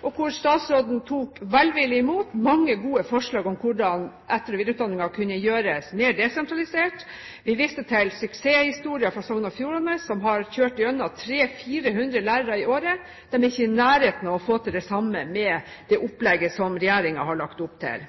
hvor statsråden tok velvillig imot mange gode forslag om hvordan etter- og videreutdanningen kunne gjøres mer desentralisert. Vi viste til suksesshistoren fra Sogn og Fjordane, som har kjørt igjennom 300–400 lærere i året. De er ikke i nærheten av å få til det samme med det opplegget som regjeringen har lagt opp til.